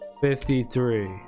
fifty-three